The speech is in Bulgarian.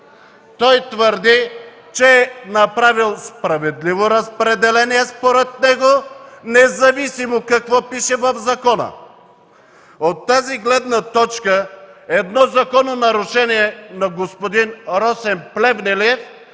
Той твърди, че е направил справедливо разпределение според него, независимо какво пише в закона. От тази гледна точка едно закононарушение на господин Росен Плевнелиев